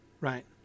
right